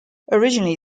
originally